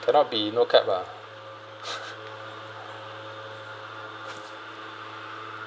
cannot be no cap lah